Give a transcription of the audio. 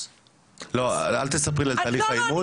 --- אל תספרי לי על תהליך האימוץ.